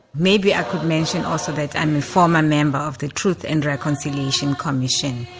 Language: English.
maybe i could mention also that i am a former member of the truth and reconciliation commission,